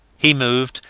he moved,